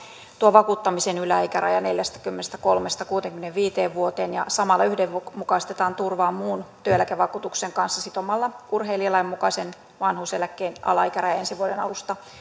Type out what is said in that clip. vakuuttamisen yläikäraja neljästäkymmenestäkolmesta kuuteenkymmeneenviiteen vuoteen ja samalla yhdenmukaistetaan turvaa muun työeläkevakuutuksen kanssa sitomalla urheilijalain mukaisen vanhuuseläkkeen alaikäraja ensi vuoden